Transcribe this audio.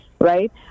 right